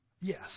Yes